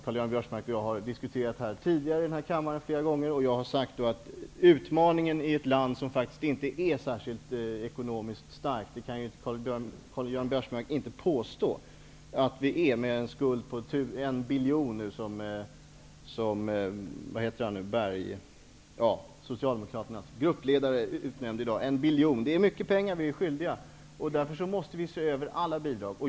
Karl Göran Biörsmark och jag har tidigare i denna kammare flera gånger diskuterat denna. Jag har vid dessa tillfällen sagt att utmaningen för ett land som faktiskt inte är särskilt ekonomiskt starkt -- Karl Göran Biörsmark kan ju inte påstå att Sverige är det med en skuld om 1 biljon, som Socialdemokraternas gruppledare, Jan Bergqvist, i dag sade -- är att se över alla bidrag.